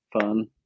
fun